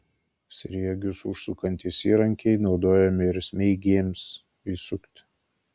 sriegius užsukantys įrankiai naudojami ir smeigėms įsukti